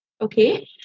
Okay